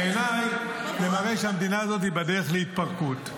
בעיניי, זה מראה שהמדינה הזאת בדרך להתפרקות.